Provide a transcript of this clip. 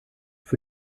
für